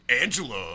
Angela